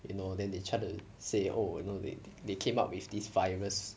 you know then they try to say oh you know they they came up with this virus